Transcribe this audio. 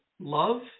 love